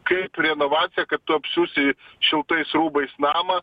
kaip renovacija kad tu apsiūsi šiltais rūbais mamą